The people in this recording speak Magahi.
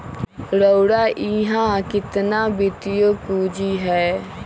रउरा इहा केतना वित्तीय पूजी हए